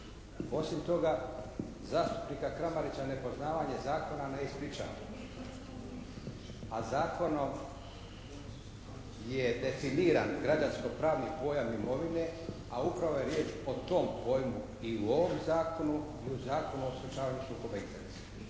Osim toga zastupnika Kramarića nepoznavanje zakona ne ispričava, a zakonom je definiran građansko-pravni pojam imovine, a upravo je riječ o tom pojmu i u ovom Zakonu i u Zakonu o sprečavanju sukoba